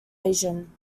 asian